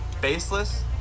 baseless